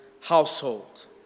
household